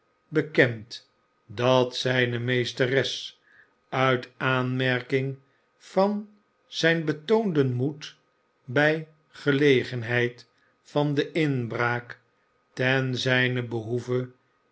bekend dat zijne meesteres uit aanmerking van zijn betoonden moed bij gelegenheid van de inbraak ten zijnen behoeve